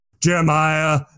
Jeremiah